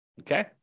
okay